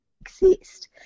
exist